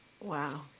Wow